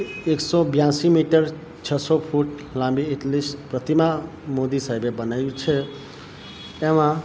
એકસો બ્યાસી મીટર છસ્સો ફૂટ લાંબી એટલી પ્રતિમા મોદી સાહેબે બનાવી છે એમાં